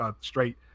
straight